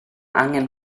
angen